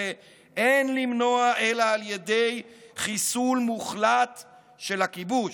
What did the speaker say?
אין למנוע אלא על ידי חיסול מוחלט של הכיבוש",